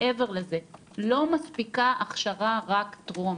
מעבר לזה, לא מספיקה הכשרה רק טרום.